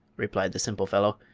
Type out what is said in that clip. replied the simple fellow,